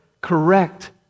correct